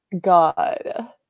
god